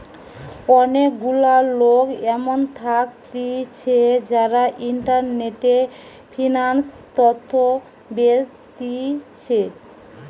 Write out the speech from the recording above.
অনেক গুলা লোক এমন থাকতিছে যারা ইন্টারনেটে ফিন্যান্স তথ্য বেচতিছে